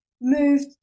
moved